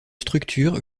structure